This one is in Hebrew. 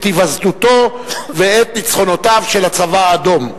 היווסדותו ואת ניצחונותיו של הצבא האדום.